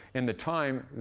in the time,